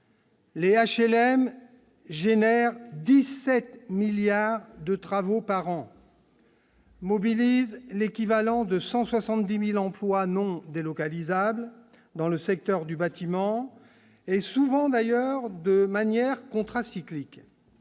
Les HLM génèrent 17 milliards de travaux par an. Mobilise l'équivalent de 170000 emplois non délocalisables dans le secteur du bâtiment et souvent d'ailleurs de manière contracyclique,